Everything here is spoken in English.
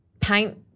paint